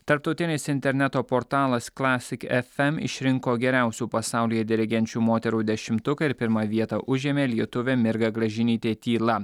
tarptautinis interneto portalas classic fm išrinko geriausių pasaulyje dirigenčių moterų dešimtuką ir pirmą vietą užėmė lietuvė mirga gražinytė tyla